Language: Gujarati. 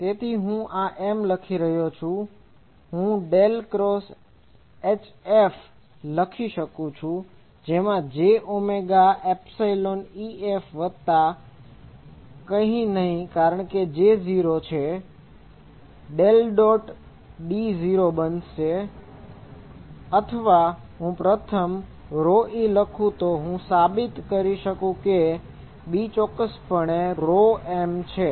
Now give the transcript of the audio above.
તો તેથી જ હું આ M લખી રહ્યો છું અને હું ડેલ ક્રોસ HF લખી શકું છું જે J ઓમેગા એપ્સીલોન EF વત્તા કંઈ નહીં કારણ કે J 0 છે અને ડેલ ડોટ D 0 બનશે અથવા હું પ્રથમ e લખુ તો હું સાબિત કરી શકું કે B ચોક્કસપણે m છે